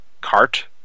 cart